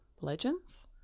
Legends